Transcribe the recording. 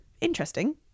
Interesting